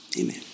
Amen